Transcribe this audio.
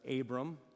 Abram